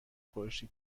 خورشت